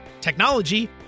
technology